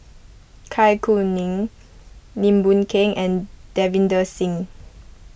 Kai Kuning Lim Boon Keng and Davinder Singh